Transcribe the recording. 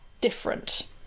different